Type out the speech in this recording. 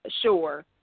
sure